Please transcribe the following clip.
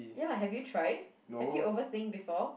ya lah have you tried have you overthink before